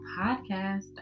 Podcast